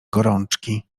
gorączki